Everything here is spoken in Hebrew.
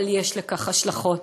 אבל יש לכך השלכות.